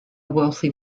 wealthy